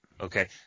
Okay